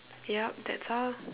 yup that's all